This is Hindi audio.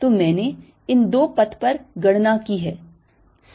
तो मैंने इन दो पथ पर गणना की है